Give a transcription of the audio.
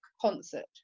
concert